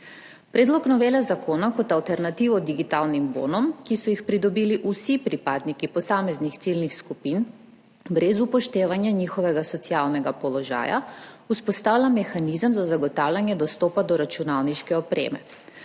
Predlog novele zakona kot alternativo digitalnim bonom, ki so jih pridobili vsi pripadniki posameznih ciljnih skupin, brez upoštevanja njihovega socialnega položaja, vzpostavlja mehanizem za zagotavljanje dostopa do računalniške opreme,